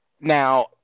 now –